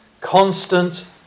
Constant